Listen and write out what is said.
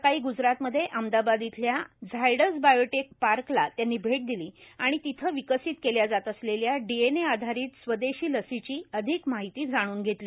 सकाळी गुजरात मध्ये अहमदाबाद इथल्या झायड्स बायोटीक पार्कला त्यांनी भेट दिली आणि तिथं विकसीत केल्या जात असलेल्या डीएनए आधारित स्वदेशी लसीची अधिक माहिती जाणून घेतली